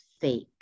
fake